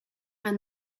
and